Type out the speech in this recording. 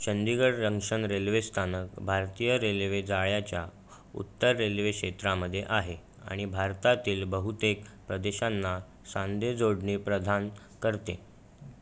Chandigarh junction railway स्थानक भारतीय railway जाळ्याच्या उत्तर रेल्वे क्षेत्रामध्ये आहे आणि भारतातील बहुतेक प्रदेशांना सांधे जोडणी प्रदान करते